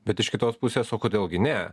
bet iš kitos pusės o kodėl gi ne